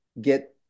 get